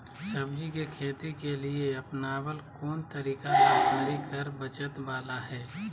सब्जी के खेती के लिए अपनाबल कोन तरीका लाभकारी कर बचत बाला है?